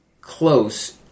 close